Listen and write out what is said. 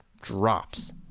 drops